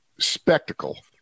Spectacle